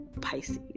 Pisces